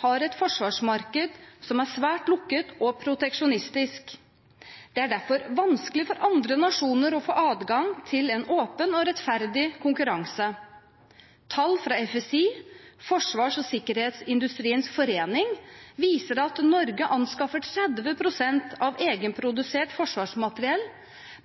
har et forsvarsmarked som er svært lukket og proteksjonistisk. Det er derfor vanskelig for andre nasjoner å få adgang til en åpen og rettferdig konkurranse. Tall fra FSi, Forsvars- og sikkerhetsindustriens forening, viser at Norge anskaffer 30 pst. av egenprodusert forsvarsmateriell,